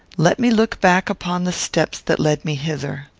let me look back upon the steps that led me hither.